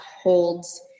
holds